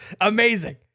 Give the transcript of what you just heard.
amazing